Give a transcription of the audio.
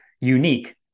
unique